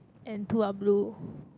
and two are blue